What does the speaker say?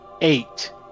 eight